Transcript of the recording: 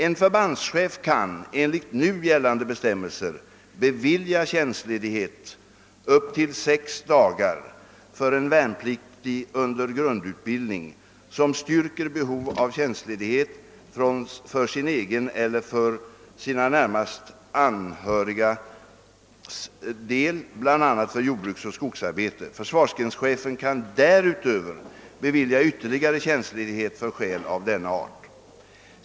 En förbandschef kan enligt nu gällande bestämmelser bevilja tjänstledighet upp till sex dagar för en värnpliktig under grundutbildning, som styrker behov av tjänstledighet för sin egen eller för sina närmaste anhörigas del. bl.a. för jordbruksoch skogsarbete. Försvarsgrenschefen kan därutöver bevilja ytterligare tjänstledighet för skäl av denna art.